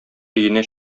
өенә